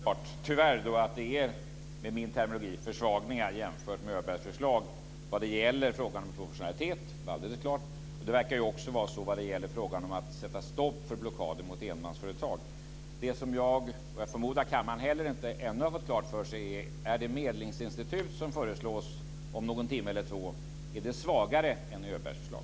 Fru talman! Med min terminologi innebär det tyvärr försvagningar jämfört med Öbergs förslag när det gäller frågan om proportionalitet. Det är alldeles klart. Det verkar också vara så när det gäller frågan om att sätta stopp för blockader mot enmansföretag. Det som jag - jag förmodar att det gäller även kammaren - ännu inte har fått klart för mig är om det medlingsinstitut som föreslås om någon timme eller två är svagare än Öbergs förslag.